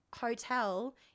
hotel